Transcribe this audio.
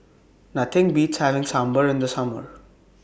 Nothing Beats having Sambar in The Summer